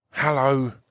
Hello